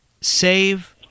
save